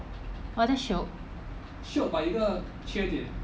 !wah! that's shiok